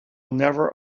never